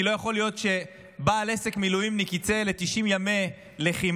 כי לא יכול להיות שבעל עסק מילואימניק יצא ל-90 ימי לחימה,